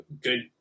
good